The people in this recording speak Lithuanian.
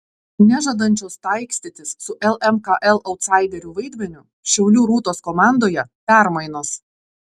nežadančios taikstytis su lmkl autsaiderių vaidmeniu šiaulių rūtos komandoje permainos